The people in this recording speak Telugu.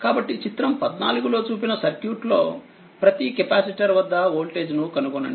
కాబట్టిచిత్రం 14లో చూపిన సర్క్యూట్ లో ప్రతి కెపాసిటర్ వద్ద వోల్టేజ్ను కనుగొననండి